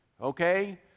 Okay